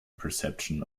perceptions